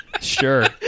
sure